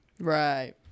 Right